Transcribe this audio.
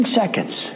seconds